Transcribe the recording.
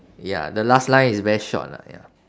ya the last line is very short lah ya